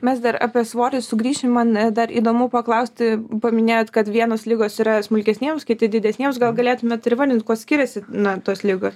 mes dar apie svorį sugrįšim man dar įdomu paklausti paminėjot kad vienos ligos yra smulkesniems kiti didesniems gal galėtumėt ir įvardint kuo skiriasi na tos ligos